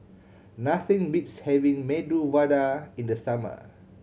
nothing beats having Medu Vada in the summer